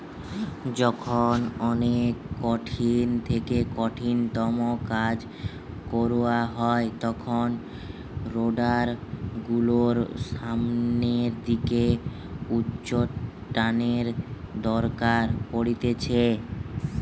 যখন অনেক কঠিন থেকে কঠিনতম কাজ কইরা হয় তখন রোডার গুলোর সামনের দিকে উচ্চটানের দরকার পড়তিছে